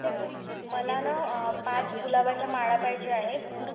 बरं मला ना पाच गुलाबाच्या माळा पाहिजे आहेत